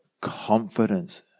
confidence